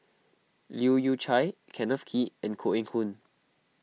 Leu Yew Chye Kenneth Kee and Koh Eng Hoon